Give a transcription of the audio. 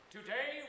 Today